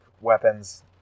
weapons